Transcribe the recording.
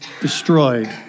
destroyed